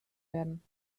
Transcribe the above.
werden